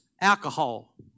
alcohol